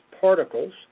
particles